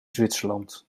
zwitserland